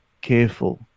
careful